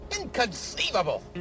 Inconceivable